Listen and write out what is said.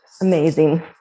amazing